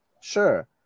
sure